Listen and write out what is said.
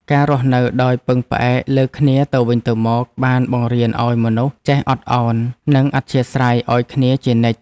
ការរស់នៅដោយពឹងផ្អែកលើគ្នាទៅវិញទៅមកបានបង្រៀនឱ្យមនុស្សចេះអត់ឱន និងអធ្យាស្រ័យឱ្យគ្នាជានិច្ច។